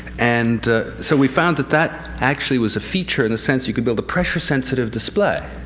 and so we found that that actually was a feature in the sense you could build a pressure-sensitive display.